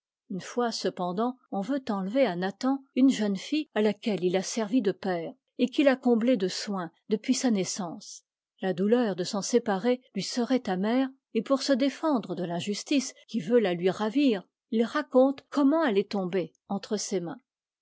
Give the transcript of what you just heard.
une fois cependant on veut enlever à nathan une jeune fille à laquelle il a servi de père et qu'il a comblée de soins depuis sa naissance la douieur de s'en séparer lui serait amère et pour se défendre de l'injustice qui veut la lui ravir il raconte comment elle est tombée entre ses mains